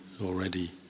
already